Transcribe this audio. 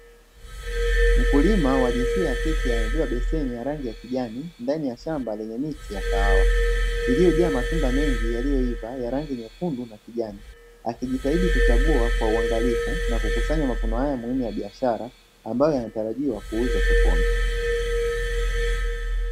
Mkulima wa jinsia ya kike amebeba beseni la rangi ya kijani ndani ya shamba lenye miti ya kahawa, iliyo aa matunda mengi yaliyoiva ya rangi nyekundu na kijani, akijitahidi kuchambua kwa uangalifu na kukusanya mavuno haya ya biashara, ambayo yanatarajiwa kuuzwa sokoni.